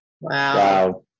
Wow